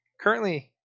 Currently